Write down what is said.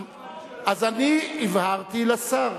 אז אני הבהרתי לשר,